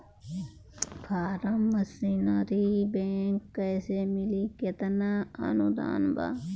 Form machinery bank कैसे मिली कितना अनुदान बा?